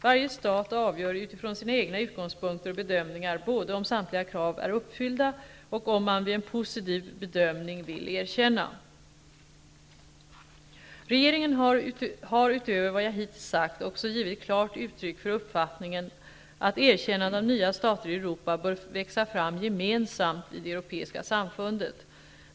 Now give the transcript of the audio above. Varje stat avgör utifrån sina egna utgångspunkter och bedömningar både om samtliga krav är uppfyllda och om man vid en positiv bedömning vill erkänna. Herr talman! Regeringen har utöver vad jag hittills sagt också givit klart uttryck för uppfattningen att erkännande av nya stater i Europa bör växa fram gemensamt i det europeiska samfundet.